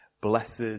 blessed